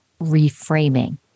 reframing